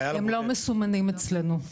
הם לא מסומנים אצלנו,